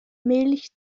milch